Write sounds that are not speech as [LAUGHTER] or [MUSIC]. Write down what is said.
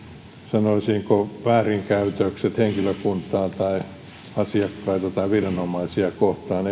sanoisinko väärinkäytökset henkilökuntaa tai asiakkaita tai viranomaisia kohtaan [UNINTELLIGIBLE]